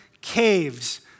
caves